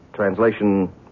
Translation